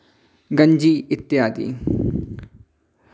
गंजी इत्यादि